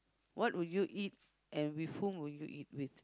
what would you eat and with whom would you eat with